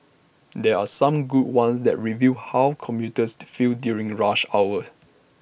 there are some good ones that reveal how commuters feel during rush hour